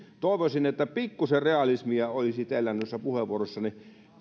toivoisin että pikkuisen realismia olisi teillä noissa puheenvuoroissanne